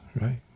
right